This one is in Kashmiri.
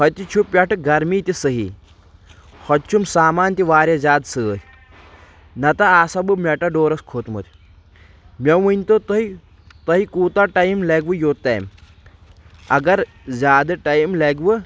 ہوٚتہِ چھِ پٮ۪ٹھٕ گرمی تہِ صحیح ہوتہِ چھُم سامان تہِ واریاہ زیادٕ سۭتۍ نتہٕ آسہٕ ہا بہٕ میٹہ ڈورس کھوٚتمُت مےٚ ؤنۍ تو تُہۍ تۄہہِ کوٗتاہ ٹایِم لگۍوٕ یوٚت تام اگر زیادٕ ٹایِم لگہِ وُ